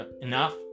enough